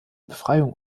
befreiung